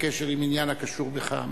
בקשר עם עניין הקשור בך.